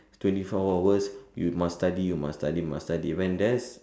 twenty four hours you must study you must study must study when there's